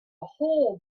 hole